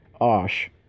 Osh